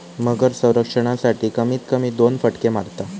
मगर संरक्षणासाठी, कमीत कमी दोन फटके मारता